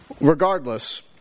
Regardless